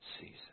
season